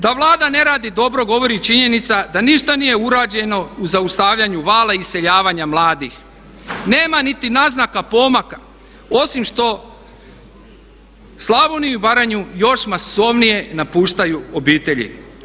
Da Vlada ne radi dobro govori i činjenica da ništa nije urađeno u zaustavljanju vala iseljavanja mladih, nema niti naznaka pomaka osim što Slavoniju i Baranju još masovnije napuštaju obitelji.